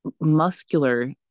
muscular